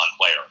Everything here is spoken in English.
player